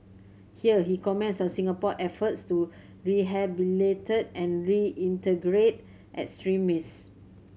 here he comments on Singapore efforts to rehabilitate and reintegrate extremists